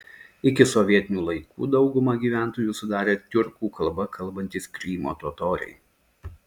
iki sovietinių laikų daugumą gyventojų sudarė tiurkų kalba kalbantys krymo totoriai